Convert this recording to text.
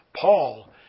Paul